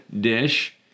Dish